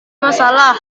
masalah